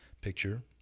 picture